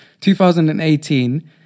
2018